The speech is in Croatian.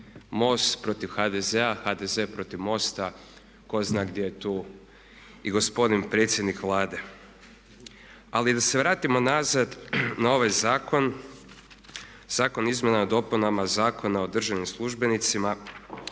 MOST protiv HDZ-a, HDZ protiv MOST-a, ko zna gdje je tu i gospodin predsjednik Vlade. Ali da se vratimo nazad na ovaj zakon, Zakon o izmjenama i dopunama Zakona o državnim službenicima.